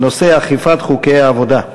בנושא אכיפת חוקי עבודה.